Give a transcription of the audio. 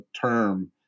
term